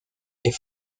est